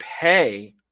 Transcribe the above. pay